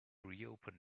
reopen